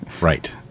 right